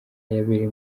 yabereye